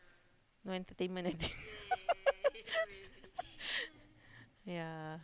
no entertainment I think yeah